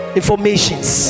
informations